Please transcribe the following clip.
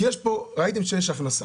כי ראיתם שיש הרבה